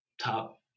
top